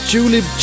Julie